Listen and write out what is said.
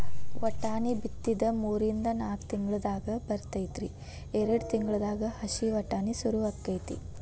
ವಟಾಣಿ ಬಿತ್ತಿದ ಮೂರಿಂದ ನಾಕ್ ತಿಂಗಳದಾಗ ಬರ್ತೈತಿ ಎರ್ಡ್ ತಿಂಗಳದಾಗ ಹಸಿ ವಟಾಣಿ ಸುರು ಅಕೈತಿ